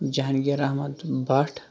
Jahangir Ahmad Bhat